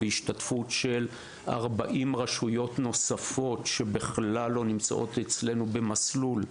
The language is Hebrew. בהשתתפות של כ-40 רשויות נוספות שבכלל לא נמצאות אצלנו במסלול,